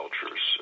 cultures